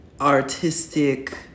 artistic